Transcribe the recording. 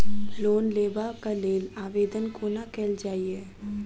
Loan लेबऽ कऽ लेल आवेदन कोना कैल जाइया?